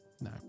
No